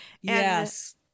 Yes